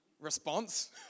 response